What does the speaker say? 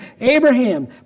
Abraham